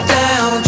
down